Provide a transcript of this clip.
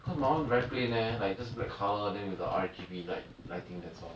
cause my one very plain leh like just black colour then with the R_G_B light lighting that's all